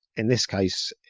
in this case